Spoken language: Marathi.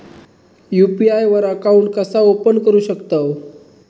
यू.पी.आय वर अकाउंट कसा ओपन करू शकतव?